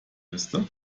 liste